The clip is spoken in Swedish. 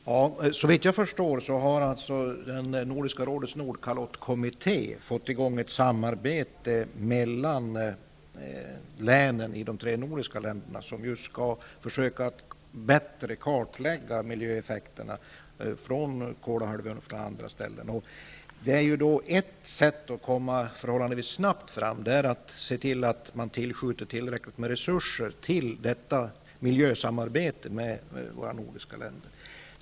Herr talman! Såvitt jag förstår har Nordiska rådets Nordkalottkommitté fått i gång ett samarbete mellan länen i de tre nordiska länderna som skall försöka att bättre kartlägga miljöeffekterna från bl.a. Kolahalvön. Ett sätt att se till att man kommer till resultat relativt snabbt är att tillskjuta tillräckligt mycket resurser till detta miljösamarbete med våra nordiska länder.